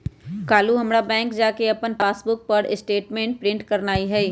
काल्हू हमरा बैंक जा कऽ अप्पन पासबुक पर स्टेटमेंट प्रिंट करेनाइ हइ